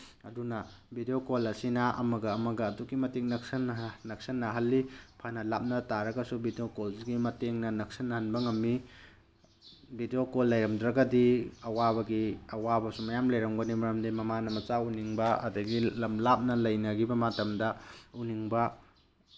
ꯑꯗꯨꯅ video call ꯑꯁꯤꯅ ꯑꯃꯒ ꯑꯃꯒ ꯑꯗꯨꯛꯀꯤ ꯃꯇꯤꯛ ꯅꯛꯁꯤꯟꯅꯍꯜꯂꯤ ꯐꯅ ꯂꯥꯞꯅ ꯇꯥꯔꯒꯁꯨ ꯚꯤꯗꯤꯑꯣ ꯀꯣꯜꯁꯤꯒꯤ ꯃꯇꯦꯡꯅ ꯅꯛꯁꯤꯟꯅꯍꯟꯕ ꯉꯝꯃꯤ ꯚꯤꯗꯤꯑꯣ ꯀꯣꯜ ꯂꯩꯔꯝꯗ꯭ꯔꯒꯗꯤ ꯑꯋꯥꯕꯒꯤ ꯑꯋꯥꯕꯁꯨ ꯃꯌꯥꯝ ꯂꯩꯔꯝꯒꯅꯤ ꯃꯔꯝꯗꯤ ꯃꯃꯥꯅ ꯃꯆꯥ ꯎꯅꯤꯡꯕ ꯑꯗꯒꯤ ꯂꯝ ꯂꯥꯞꯅ ꯂꯩꯅꯈꯤꯕ ꯃꯇꯝꯗ ꯎꯅꯤꯡꯕ